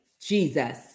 Jesus